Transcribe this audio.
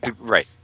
Right